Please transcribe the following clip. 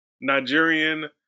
Nigerian